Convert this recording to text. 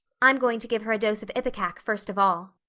i'm going to give her a dose of ipecac first of all.